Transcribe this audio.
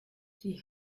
die